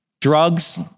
Drugs